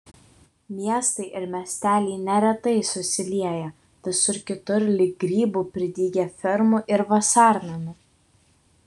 miestai ir miesteliai neretai susilieję visur kitur lyg grybų pridygę fermų ir vasarnamių